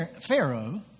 Pharaoh